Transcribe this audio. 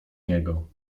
niego